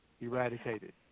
eradicated